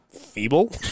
feeble